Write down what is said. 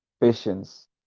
patience